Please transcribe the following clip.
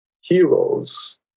heroes